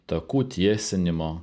takų tiesinimo